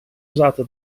usata